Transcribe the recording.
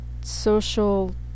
social